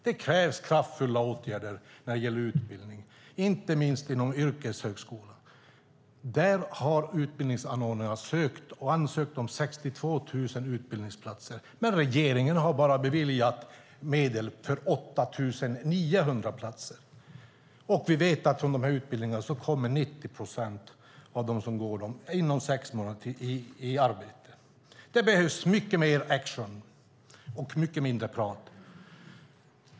Det krävs kraftfulla åtgärder när det gäller utbildning, inte minst inom yrkeshögskolan. Där har utbildningsanordnarna ansökt om 62 000 utbildningsplatser, men regeringen har bara beviljat medel för 8 900 platser. Vi vet att 90 procent av dem som går de här utbildningarna är i arbete inom sex månader. Det behövs mycket mer action och mycket mindre prat.